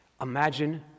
Imagine